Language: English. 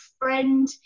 friend